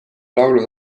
laulud